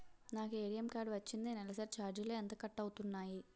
నాకు ATM card వచ్చింది నెలసరి ఛార్జీలు ఎంత కట్ అవ్తున్నాయి?